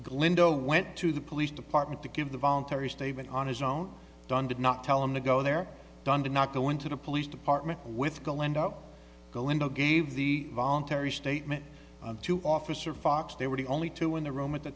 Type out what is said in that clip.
glinda went to the police department to give the voluntary statement on his own done did not tell him to go there done did not go into the police department with glenda go into gave the voluntary statement to officer fox they were the only two in the room at the